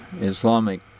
Islamic